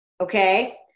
okay